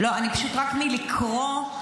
פשוט רק מלקרוא,